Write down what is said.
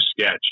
sketch